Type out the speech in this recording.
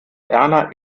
erna